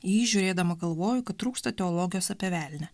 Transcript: į jį žiūrėdama galvoju kad trūksta teologijos apie velnią